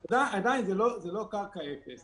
עדיין זה לא קרקע שמחירה אפס.